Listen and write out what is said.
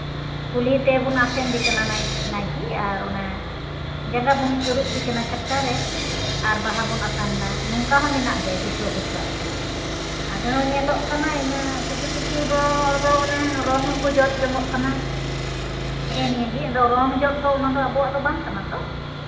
ᱠᱩᱞᱦᱤ ᱛᱮᱵᱚᱱ ᱟᱥᱮᱱ ᱫᱮ ᱠᱟᱱᱟ ᱱᱟᱭᱠᱮ ᱟᱨ ᱡᱟᱸᱜᱟ ᱵᱚᱱ ᱟᱹᱨᱩᱵᱫᱮ ᱠᱟᱱᱟ ᱪᱷᱟᱴᱠᱟᱨᱮ ᱟᱨ ᱵᱟᱦᱟ ᱵᱚᱱ ᱟᱛᱟᱝ ᱮᱫᱟ ᱱᱚᱝᱠᱟ ᱦᱚᱸ ᱢᱮᱱᱟᱜ ᱜᱮᱭᱟ ᱠᱤᱪᱷᱩ ᱠᱤᱪᱷᱩ ᱟᱛᱳ ᱨᱮᱫᱚ ᱟᱨᱦᱚᱸ ᱧᱮᱞᱚᱜ ᱠᱟᱱᱟ ᱟᱭᱢᱟ ᱠᱤᱪᱷᱩ ᱠᱤᱪᱷᱩ ᱦᱚᱲᱫᱚ ᱚᱱᱮ ᱨᱚᱝ ᱦᱚᱸᱠᱚ ᱡᱚᱛ ᱚᱱᱚᱜ ᱠᱟᱱᱟ ᱦᱮᱸᱜ ᱮ ᱱᱤᱭᱟᱹᱜᱮ ᱟᱫᱚ ᱨᱚᱝ ᱡᱚᱜ ᱫᱚ ᱟᱵᱚᱣᱟᱜ ᱫᱚ ᱵᱟᱝ ᱠᱟᱱᱟ ᱛᱚ